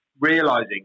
realizing